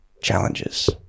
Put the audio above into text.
challenges